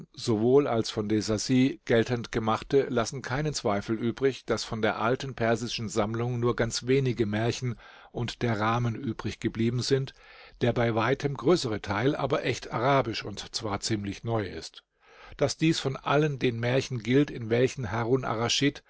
sowohl als von de sacy geltend gemachte lassen keinen zweifel übrig daß von der alten persischen sammlung nur ganz wenige märchen und der rahmen übrig geblieben sind der bei weitem größere teil aber echt arabisch und zwar ziemlich neu ist daß dies von allen den märchen gilt in welchen harun